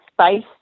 space